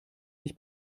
sich